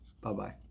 Bye-bye